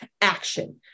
action